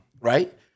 Right